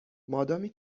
مادامی